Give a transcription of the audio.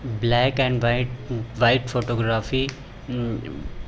black and white white photography